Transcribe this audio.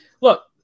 Look